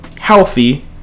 healthy